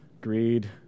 greed